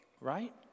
right